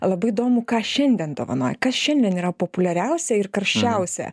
labai įdomu ką šiandien dovanoja kas šiandien yra populiariausia ir karščiausia